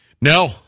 No